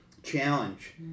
challenge